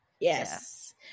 Yes